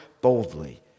boldly